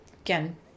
again